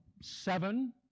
seven